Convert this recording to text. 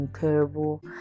terrible